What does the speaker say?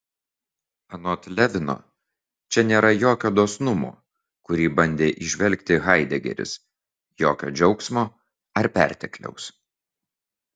anot levino čia nėra jokio dosnumo kurį bandė įžvelgti haidegeris jokio džiaugsmo ar pertekliaus